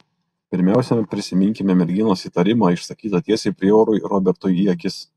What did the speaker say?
pirmiausia prisiminkime merginos įtarimą išsakytą tiesiai priorui robertui į akis